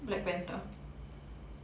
black panther